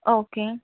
okay